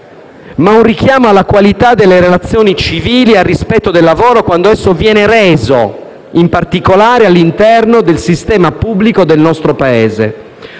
di un richiamo alla qualità delle relazioni civili e al rispetto del lavoro quando esso viene reso, in particolare, all'interno del sistema pubblico del nostro Paese.